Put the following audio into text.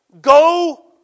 Go